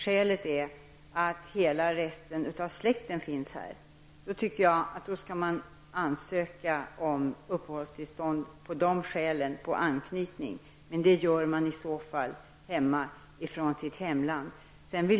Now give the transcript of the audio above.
Bohlin, är att hela släkten redan finns i Sverige, skall man enligt min mening ansöka om uppehållstillstånd utifrån de skälen och hänvisa till anknytningen. Men detta gör man i så fall från sitt hemland.